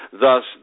thus